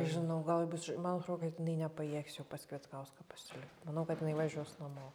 nežinau gal ir bus man atro kad nepajėgs jau pas kvietkauską pasilikt manau kad jinai važiuos namo